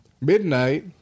midnight